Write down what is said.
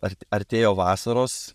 ar artėjo vasaros